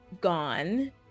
gone